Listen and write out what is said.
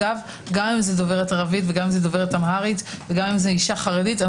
גם אם זו דוברת ערבית או אמהרית או אשה חרדית.